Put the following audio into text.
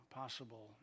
possible